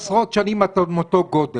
עשרות שנים את עוד עם אותו גודל.